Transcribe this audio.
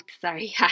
sorry